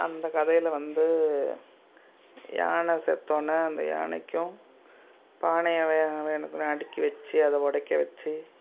அந்தக் கதையில் வந்து யானை செத்தோன்னே அந்த யானைக்கும் பானையை வ வ அடுக்கி வச்சி அதை உடைக்க வச்சி